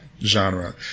genre